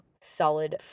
solid